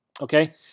Okay